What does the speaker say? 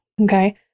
okay